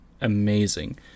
amazing